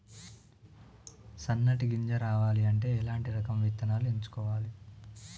సన్నటి గింజ రావాలి అంటే ఎలాంటి రకం విత్తనాలు ఎంచుకోవాలి?